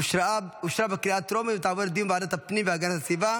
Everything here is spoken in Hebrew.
אושרה בקריאה הטרומית ותעבור לדיון בוועדת הפנים והגנת הסביבה